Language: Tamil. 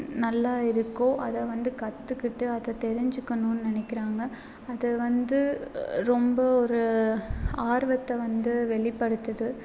நல்லா இருக்கோ அதை வந்து கற்றுக்கிட்டு அதை தெரிஞ்சிக்கணுன்னு நினைக்கிறாங்க அது வந்து ரொம்ப ஒரு ஆர்வத்தை வந்து வெளிப்படுத்துது